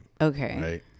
Okay